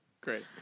Great